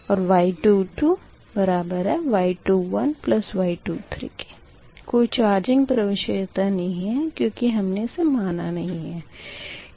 और Y22 y21 y23 कोई charging प्रवेश्यता नहीं है क्यूँकि हमने इसे माना नहीं है